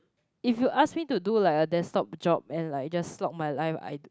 if you ask me to do like a desktop job and like just slot my life I